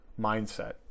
mindset